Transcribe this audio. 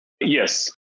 Yes